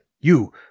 You